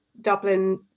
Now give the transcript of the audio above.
Dublin